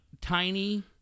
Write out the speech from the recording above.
tiny